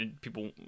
people